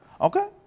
okay